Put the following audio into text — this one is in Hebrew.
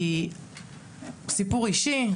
סיפור אישי.